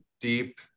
deep